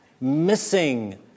missing